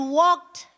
walked